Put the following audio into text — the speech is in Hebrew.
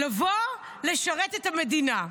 לבוא לשרת את המדינה.